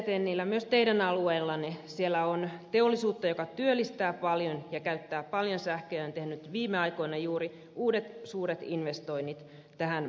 tennilä myös teidän alueellanne on teollisuutta joka työllistää paljon ja käyttää paljon sähköä ja on tehnyt viime aikoina juuri uudet suuret investoinnit tähän sektoriin